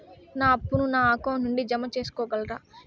నా అప్పును నా అకౌంట్ నుండి జామ సేసుకోగలరా?